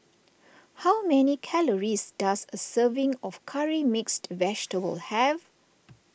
how many calories does a serving of Curry Mixed Vegetable have